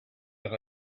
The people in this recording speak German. nach